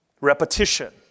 repetition